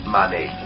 money